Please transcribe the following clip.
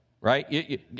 right